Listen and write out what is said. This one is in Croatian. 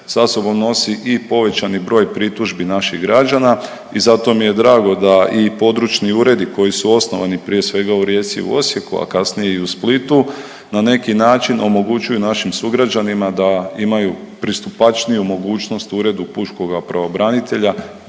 sa sobom nosi i povećani broj pritužbi naših građana i zato mi je drago da i područni uredi koji su osnovani prije svega u Rijeci i u Osijeku, a kasnije i u Splitu na neki način omogućuju našim sugrađanima da imaju pristupačniju mogućnost Uredu pučkoga pravobranitelja,